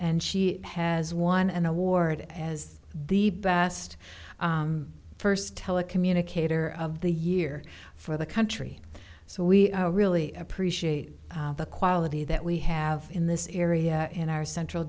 and she has won an award as the best first tell a communicator of the year for the country so we really appreciate the quality that we have in this area in our central